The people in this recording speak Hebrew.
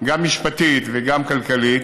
גם משפטית וגם כלכלית,